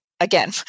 again